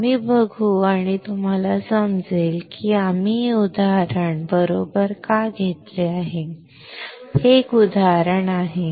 आम्ही बघू आणि तुम्हाला समजेल की आम्ही हे उदाहरण बरोबर का घेतले आहे हे एक उदाहरण आहे